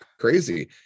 crazy